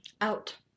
Out